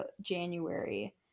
January